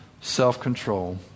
self-control